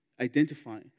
identify